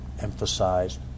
emphasized